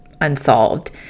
unsolved